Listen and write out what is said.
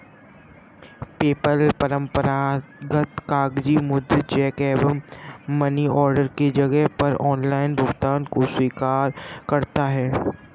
PayPal परंपरागत कागजी मुद्रा, चेक एवं मनी ऑर्डर के जगह पर ऑनलाइन भुगतान को स्वीकार करता है